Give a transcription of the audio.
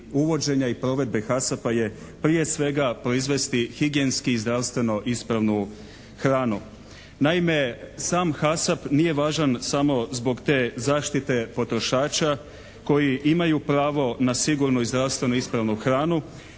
uvođenja i provedbe «HASAPA» je prije svega proizvesti higijenski i zdravstveno ispravnu hranu. Naime sam «HASAP» nije važan samo zbog te zaštite potrošača koji imaju pravo na sigurnu i zdravstveno ispravnu hranu